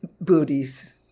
booties